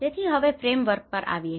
તેથી હવે ફ્રેમવર્ક પર આવીએ